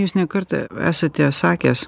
jūs ne kartą esate sakęs